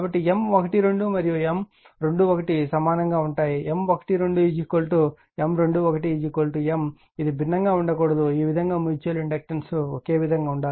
కానీ M12 మరియు M12 సమానంగా ఉంటాయి అంటే M12 M21 M ఇది భిన్నంగా ఉండకూడదు ఈ విధంగా మ్యూచువల్ ఇండక్టెన్స్ ఒకే విధంగా ఉండాలి